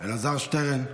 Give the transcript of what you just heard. אלעזר שטרן,